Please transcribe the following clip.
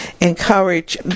encourage